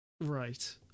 Right